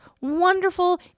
wonderful